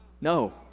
No